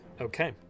Okay